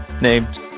named